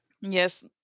yes